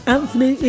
Anthony